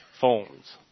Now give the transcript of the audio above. phones